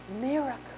miracle